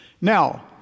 Now